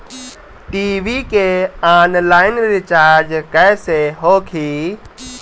TV के online recharge कैसे होखी?